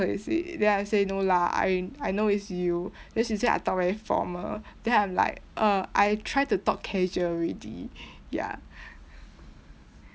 is it then I say no lah I I know it's you then she said I talk very formal then I'm like err I try to talk casual already ya